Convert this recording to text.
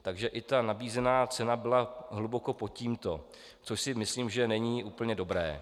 Takže i ta nabízená cena byla hluboko pod tímto, což si myslím, že není úplně dobré.